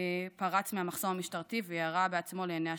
פרץ מחסום משטרתי וירה בעצמו לעיני השוטרים,